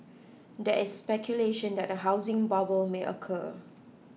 there is speculation that a housing bubble may occur